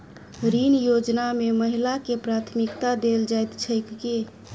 ऋण योजना मे महिलाकेँ प्राथमिकता देल जाइत छैक की?